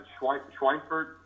Schweinfurt